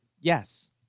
Yes